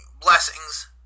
blessings